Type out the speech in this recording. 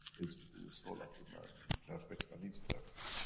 it's within the soul of the man to be perfect, and he's perfect.